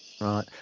Right